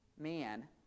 man